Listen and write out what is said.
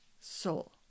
soul